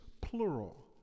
plural